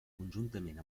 conjuntament